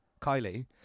Kylie